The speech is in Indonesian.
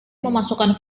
memasukkan